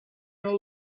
all